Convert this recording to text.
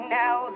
now